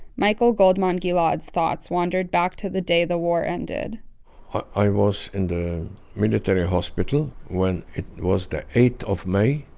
michael goldman-gilad's thoughts wandered back to the day the war ended i was in the military hospital when it was the eight of may.